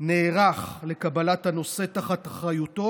נערך לקבלת הנושא תחת אחריותו,